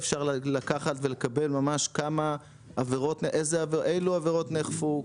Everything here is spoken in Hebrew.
אפשר לקחת ולקבל ממש אילו עבירות נאכפו,